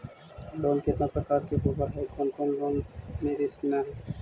Loan कितना प्रकार के होबा है कोन लोन लेब में रिस्क न है?